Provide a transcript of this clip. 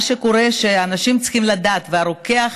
אנשים צריכים לדעת, והרוקח,